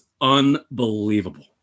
unbelievable